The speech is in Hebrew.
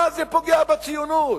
מה זה פוגע בציונות?